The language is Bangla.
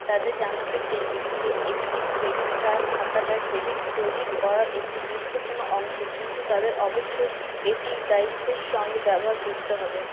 তাদের জানাতে দিন যে একটি ক্রেডিট কার্ড থাকাটা ক্রেডিট তৈরির করার একটি গুরুত্বপূর্ণ অংশ কিন্তু তাদের অবশ্যই এটি দায়িত্বের সঙ্গে ব্যবহার করতে হবে